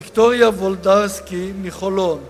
ויקטוריה וולדרסקי, מחולון